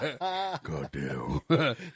Goddamn